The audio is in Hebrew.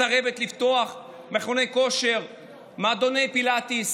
מסרבים לפתוח מכוני כושר, מועדוני פילאטיס,